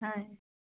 হয়